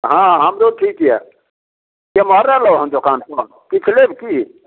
हाँ हमरो ठीक यऽ केमहर एलहुँ हँ दोकान पर किछु लेब की